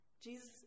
Jesus